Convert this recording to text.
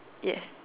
yes